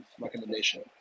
recommendation